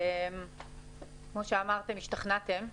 כמו שאמרתם, השתכנעתם.